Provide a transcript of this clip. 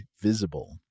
Visible